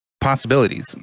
Possibilities